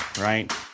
right